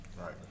Right